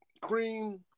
Cream